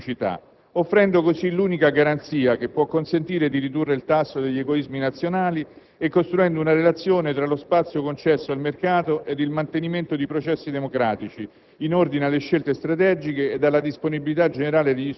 che tutto il processo avvenga nel rispetto del principio di reciprocità, offrendo così l'unica garanzia che può consentire di ridurre il tasso degli egoismi nazionali e costruendo una relazione tra lo spazio concesso al mercato ed il mantenimento di processi democratici